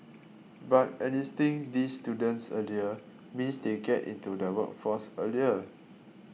but enlisting these students earlier means they get into the workforce earlier